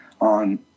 on